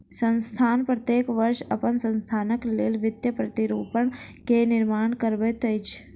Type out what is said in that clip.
संस्थान प्रत्येक वर्ष अपन संस्थानक लेल वित्तीय प्रतिरूपण के निर्माण करबैत अछि